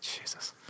Jesus